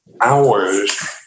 hours